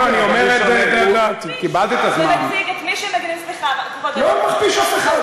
לא, אני אומר את זה, אתה מכפיש, לא מכפיש אף אחד.